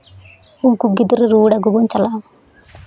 ᱩᱱᱠᱩ ᱜᱤᱫᱽᱨᱟᱹ ᱨᱩᱣᱟᱹᱲ ᱟᱜᱩ ᱵᱚᱱ ᱪᱟᱞᱟᱜᱼᱟ